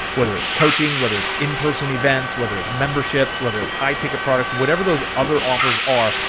whether it's coaching, whether it's in person events, whether it's memberships, whether it's high ticket products, whatever those other offers are.